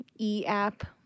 e-app